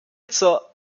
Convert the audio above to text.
zur